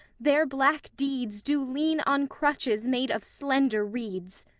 their black deeds do lean on crutches made of slender reeds.